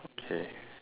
okay